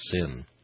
sin